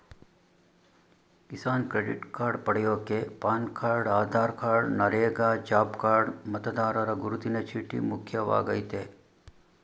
Kisan credit card ಪಡ್ಯೋಕೆ PAN card Aadhaar card NREGA job card ಮತದಾರರ ಗುರುತಿನ ಚೀಟಿ ಮುಖ್ಯವಾಗಯ್ತೆ